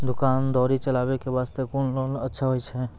दुकान दौरी चलाबे के बास्ते कुन लोन अच्छा होय छै?